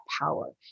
power